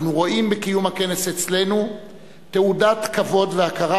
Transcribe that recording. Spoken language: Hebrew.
אנחנו רואים בקיום הכנס אצלנו תעודת כבוד והכרה